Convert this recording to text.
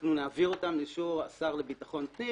ואנחנו נעביר אותם לאישור השר לביטחון הפנים